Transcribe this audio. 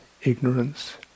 ignorance